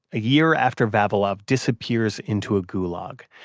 a year after vavilov disappears into a gulag.